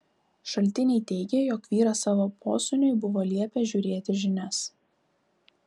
šaltiniai teigė jog vyras savo posūniui buvo liepęs žiūrėti žinias